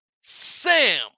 Sam